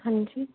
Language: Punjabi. ਹਾਂਜੀ